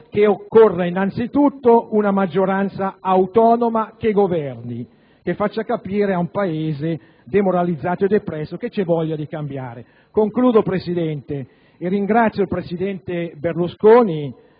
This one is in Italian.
che occorra innanzi tutto una maggioranza autonoma che governi, che faccia capire ad un Paese demoralizzato e depresso che c'è voglia di cambiare. Concludo, signor Presidente, ringraziando il presidente Berlusconi